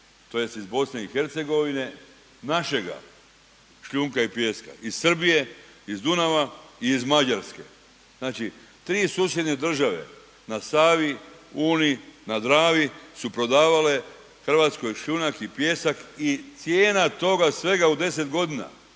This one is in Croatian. tj. iz BiH, našega šljunka i pijeska, iz Srbije, iz Dunava i iz Mađarske. Znači, 3 susjedne države na Savi, Uni, na Dravi su prodavale Hrvatskoj šljunak i pijesak i cijena toga svega u 10 godina